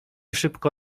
szybko